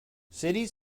cities